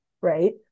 right